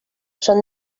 són